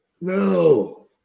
no